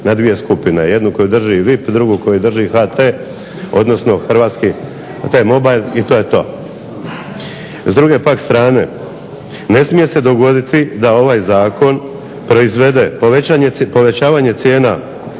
na dvije skupine jednu koju drži VIP, drugu koju drži HT odnosno Hrvatski telekom, T-mobile i to je to. S druge pak strane ne smije se dogoditi da ovaj Zakon proizvede povećavanje cijena